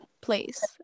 place